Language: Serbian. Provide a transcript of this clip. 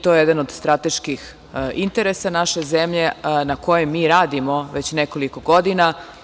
To je jedan od strateških interesa naše zemlje na kojem mi radimo već nekoliko godina.